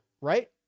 right